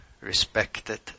respected